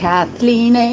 Kathleen